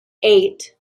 eight